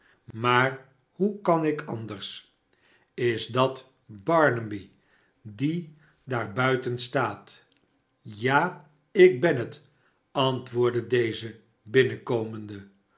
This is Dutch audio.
maar hoe kan ik anders is dat barnaby die daar buiten staat ja ik ben het antwoordde deze binnenkomende